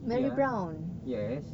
ya yes